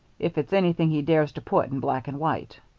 if it's anything he dares to put in black and white?